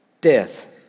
death